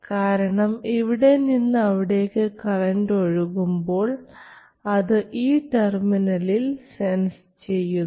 കാരണം ഇവിടെ നിന്ന് അവിടേക്ക് കറൻറ് ഒഴുകുമ്പോൾ അത് ഈ ടെർമിനലിൽ സെൻസ് ചെയ്യുന്നു